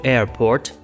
Airport